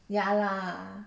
ya lah